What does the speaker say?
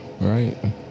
Right